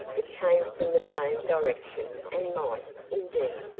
it came from the same direction and might, indeed,